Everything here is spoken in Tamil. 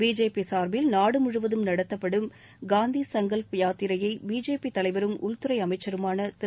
பிஜேபி சார்பில் நாடுமுழுவதும் நடத்தப்படும் காந்தி சங்கல்ப் யாத்திரையை பிஜேபி தலைவரும் உள்துறை அமைச்சருமான திரு